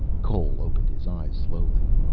cole opened his eyes slowly.